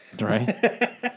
Right